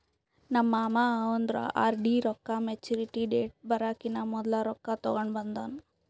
ನಮ್ ಮಾಮಾ ಅವಂದ್ ಆರ್.ಡಿ ರೊಕ್ಕಾ ಮ್ಯಚುರಿಟಿ ಡೇಟ್ ಬರಕಿನಾ ಮೊದ್ಲೆ ರೊಕ್ಕಾ ತೆಕ್ಕೊಂಡ್ ಬಂದಾನ್